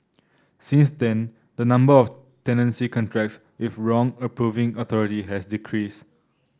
since then the number of tenancy contracts with wrong approving authority has decreased